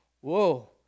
whoa